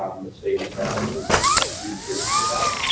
the state establishes kind of three tiers for that.